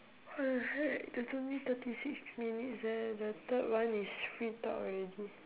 what the heck that's only thirty six minutes leh the third one is free talk already